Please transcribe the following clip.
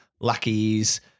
lackeys